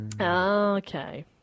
Okay